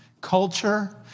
culture